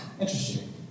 Interesting